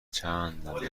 چندلر